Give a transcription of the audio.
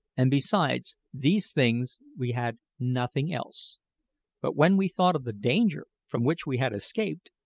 and besides these things we had nothing else but when we thought of the danger from which we had escaped,